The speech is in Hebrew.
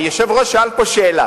יושב-ראש הישיבה שאל פה שאלה,